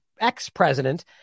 ex-president